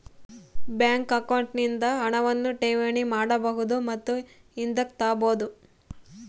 bank account ನಿಂದ ಹಣವನ್ನು ಠೇವಣಿ ಮಾಡಬಹುದು ಮತ್ತು ಹಿಂದುಕ್ ತಾಬೋದು